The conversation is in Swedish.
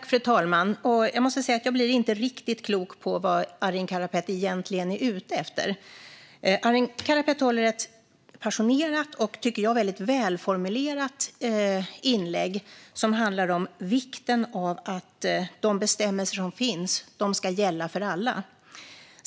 Fru talman! Jag måste säga att jag inte blir riktigt klok på vad Arin Karapet egentligen är ute efter. Arin Karapet håller ett passionerat och, tycker jag, väldigt välformulerat inlägg om vikten av att de bestämmelser som finns ska gälla för alla.